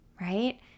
right